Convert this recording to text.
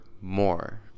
more